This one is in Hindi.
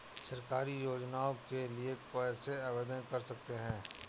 सरकारी योजनाओं के लिए कैसे आवेदन कर सकते हैं?